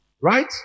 right